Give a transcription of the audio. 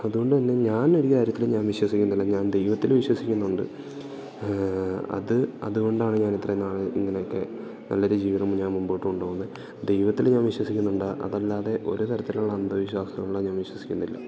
അതുകൊണ്ട് തന്നെ ഞാനൊര് കാര്യത്തില് ഞാൻ വിശ്വസിക്കുന്നില്ല ഞാൻ ദൈവത്തില് വിശ്വസിക്കുന്നുണ്ട് അത് അത്കൊണ്ടാണ് ഞാൻ ഇത്രെയും നാൾ ഇങ്ങനൊക്കെ നല്ലൊര് ജീവിതം ഞാൻ മുമ്പോട്ട് കൊണ്ടുപോകുന്നത് ദൈവത്തില് ഞാൻ വിശ്വസിക്കുന്നുണ്ട് അതല്ലാതെ ഒരു തരത്തിലുളള അന്ധവിശ്വാസങ്ങളിൽ ഞാൻ വിശ്വസിക്കുന്നില്ല